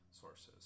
sources